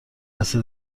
عصر